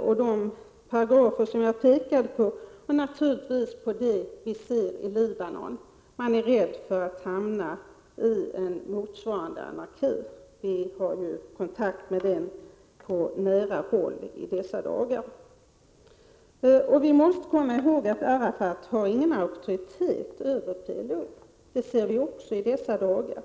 och de paragrafer som jag pekade på — och naturligtvis på det som vi ser i Libanon. Man är rädd för att hamna i en motsvarande anarki — vi har ju kontakt med effekterna på nära håll i dessa dagar. Vi måste komma ihåg att Arafat inte har någon auktoritet över PLO; det ser vi också i dessa dagar.